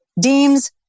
deems